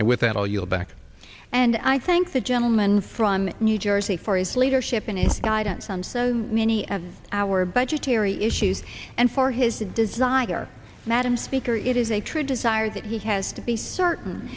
and with that i'll yield back and i thank the gentleman from new jersey for his leadership in its guidance on so many of our budgetary issues and for his desire madam speaker it is a true desire that he has to be certain